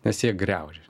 nes jie griaužia